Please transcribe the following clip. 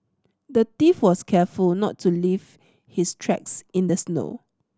the thief was careful not to leave his tracks in the snow